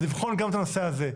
אז לבחון גם את הנושא הזה.